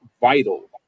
vital